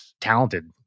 talented